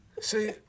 See